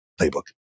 playbook